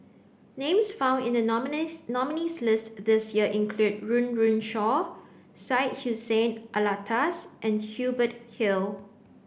names found in the nominees' list this year include Run Run Shaw Syed Hussein Alatas and Hubert Hill